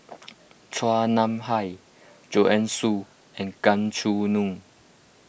Chua Nam Hai Joanne Soo and Gan Choo Neo